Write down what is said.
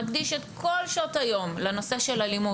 נקדיש את כל שעות היום לנושא של אלימות